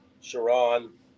Sharon